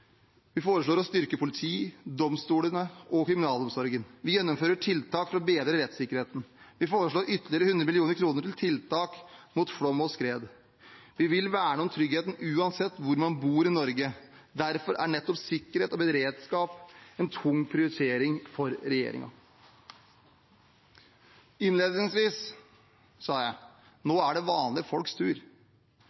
Vi foreslår å styrke politi, domstolene og kriminalomsorgen. Vi gjennomfører tiltak for å bedre rettssikkerheten. Vi foreslår ytterligere 100 mill. kr til tiltak mot flom og skred. Vi vil verne om tryggheten uansett hvor man bor i Norge. Derfor er nettopp sikkerhet og beredskap en tung prioritering for regjeringen. Innledningsvis sa jeg: Nå